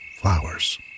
flowers